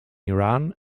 iran